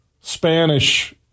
Spanish